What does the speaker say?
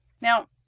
Now